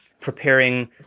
preparing